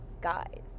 guys